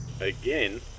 Again